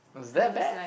it was that bad